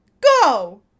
Go